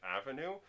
Avenue